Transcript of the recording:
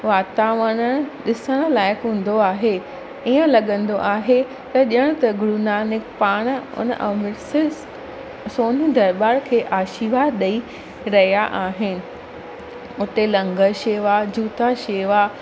वातावरण ॾिसणु लाइकु हूंदो आहे ईअं लॻंदो आहे त ॼण त गुरु नानक पाण हुन अमृतसर सोनी दरबार खे आशीर्वाद ॾेई रहिया आहिनि उते लंगरु शेवा जूता शेवा